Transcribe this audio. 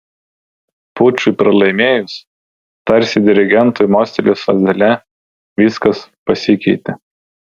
pučui pralaimėjus tarsi dirigentui mostelėjus lazdele viskas pasikeitė